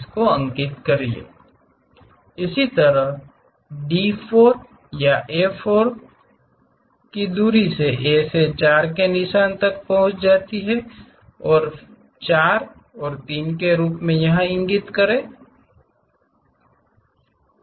इसी तरह D4 या A4 की दूरी इसे A से 4 के निशान तक पहुंचाती है जो 4 और 3 के रूप में यहा इंगित करता है